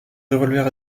revolver